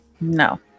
No